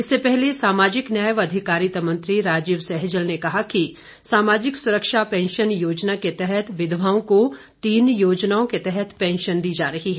इससे पहले सामाजिक न्याय व अधिकारिता मंत्री राजीव सहजल ने कहा कि सामाजिक सुरक्षा पेंशन योजना के तहत विधवाओं को तीन योजनाओं के तहत पेंशन दी जा रही है